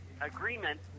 agreement